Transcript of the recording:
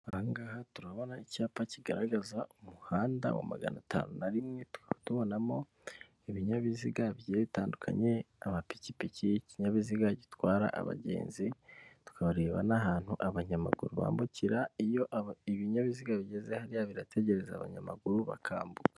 Aha ngaha turabona icyapa kigaragaza umuhanda wa magana atanu na rimwe, tukaba tubonamo ibinyabiziga bigiye bitandukanye, amapikipiki, ikinyabiziga gitwara abagenzi, tukareba n'ahantu abanyamaguru bambukira, iyo ibinyabiziga bigeze hariya, birategereza abanyamaguru bakambuka.